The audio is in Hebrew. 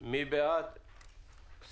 המעודכן ביום